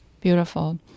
Beautiful